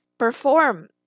Perform